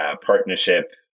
partnership